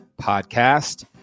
podcast